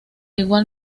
igual